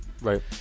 Right